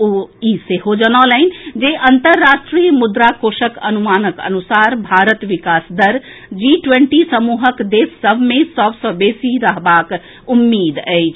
ओ ई सेहो जनौलनि जे अन्तर्राष्ट्रीय मुद्रा कोषक अनुमानक अनुसार भारत विकास दर जी ट्वेंटी समूहक देश सभ मे सभ सँ बेसी रहबाक उम्मीद अछि